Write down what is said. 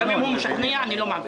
גם אם הוא משכנע, אני לא מעביר.